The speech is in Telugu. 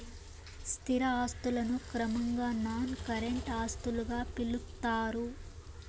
స్థిర ఆస్తులను క్రమంగా నాన్ కరెంట్ ఆస్తులుగా పిలుత్తారు